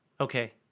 okay